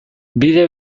bide